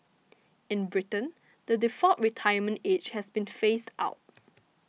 in Britain the default retirement age has been phased out